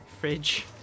fridge